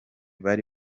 bari